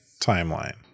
timeline